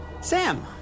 Sam